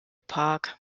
park